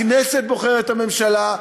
הכנסת בוחרת את הממשלה,